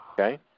Okay